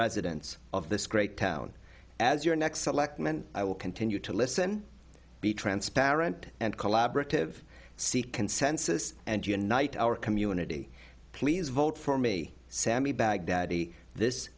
residents of this great town as your next selectman i will continue to listen be transparent and collaborative seek consensus and unite our community please vote for me sammy baghdadi this